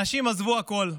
אנשים עזבו הכול,